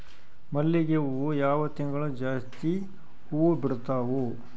ಮಲ್ಲಿಗಿ ಹೂವು ಯಾವ ತಿಂಗಳು ಜಾಸ್ತಿ ಹೂವು ಬಿಡ್ತಾವು?